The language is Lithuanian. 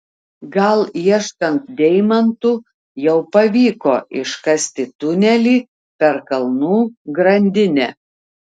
gal ieškant deimantų jau pavyko iškasti tunelį per kalnų grandinę